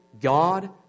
God